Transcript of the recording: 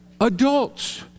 adults